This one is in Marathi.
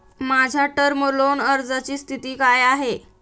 माझ्या टर्म लोन अर्जाची स्थिती काय आहे?